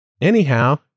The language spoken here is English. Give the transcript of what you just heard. anyhow